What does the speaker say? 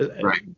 Right